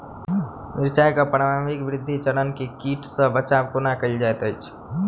मिर्चाय केँ प्रारंभिक वृद्धि चरण मे कीट सँ बचाब कोना कैल जाइत अछि?